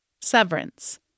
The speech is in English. Severance